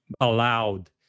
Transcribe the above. allowed